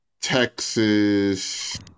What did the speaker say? Texas